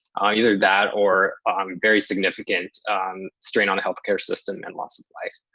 either that or um very significant strain on the healthcare system and loss of life.